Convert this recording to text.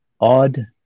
Odd